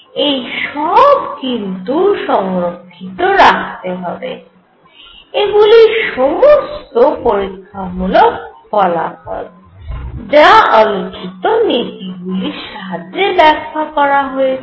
এই সব কিন্তু সংরক্ষিত রাখতে হবে এগুলি সমস্ত পরীক্ষামূলক ফলাফলযা আলোচিত নীতি গুলির সাহায্যে ব্যাখ্যা করা হয়েছিল